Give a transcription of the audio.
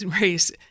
Race